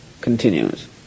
continues